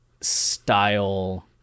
style